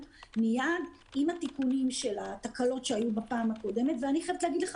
מיד עם התיקונים של התקלות שהיו בפעם הקודמת ואני חייבת להגיד לך